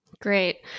Great